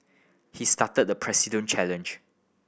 he started the President challenge